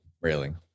railing